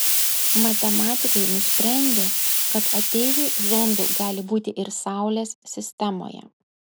matematikai nusprendė kad ateivių zondų gali būti ir saulės sistemoje